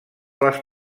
les